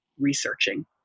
researching